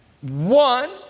one